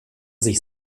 sich